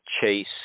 chase